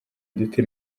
ndetse